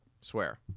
Swear